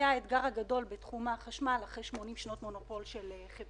כל השקיפות הזאת על בסיס המידע של לקוחות תפגע